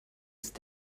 ist